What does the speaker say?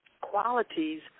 qualities